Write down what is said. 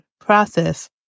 process